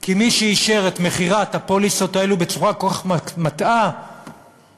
כי מי שאישר את מכירת הפוליסות האלה בצורה כל כך מטעה וכושלת